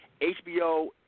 HBO